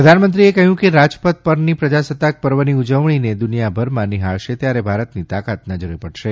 પ્રધાનમંત્રીએ કહ્યુંકે રાજપથ પરની પ્રજાસત્તાક પર્વની ઉજવણીને દુનિયાભરમાં નિહાળશે ત્યારે ભારતની તાકાત નજરે પડશે